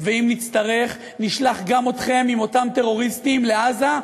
ואם נצטרך נשלח גם אתכם עם אותם טרוריסטים לעזה,